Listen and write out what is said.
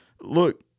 look